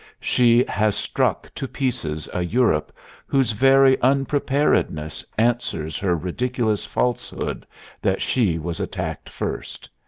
she has struck to pieces a europe whose very unpreparedness answers her ridiculous falsehood that she was attacked first.